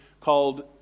called